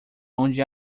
onde